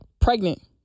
Pregnant